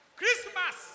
Christmas